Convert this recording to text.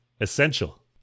essential